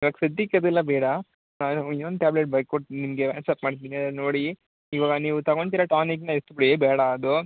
ಇವಾಗ ಸದ್ಯಕ್ಕೆ ಅದೆಲ್ಲ ಬೇಡ ನಾನು ಇನ್ನೊಂದು ಟ್ಯಾಬ್ಲೆಟ್ ಬರ್ಕೊಡ್ತೀನಿ ನಿಮಗೆ ವಾಟ್ಸಪ್ ಮಾಡ್ತೀನಿ ಅದನ್ನು ನೋಡಿ ಇವಾಗ ನೀವು ತಗೊಂತಿರೋ ಟಾನಿಕ್ನ ಎತ್ಬಿಡಿ ಬೇಡ ಅದು